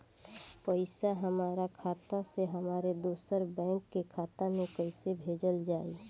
पैसा हमरा खाता से हमारे दोसर बैंक के खाता मे कैसे भेजल जायी?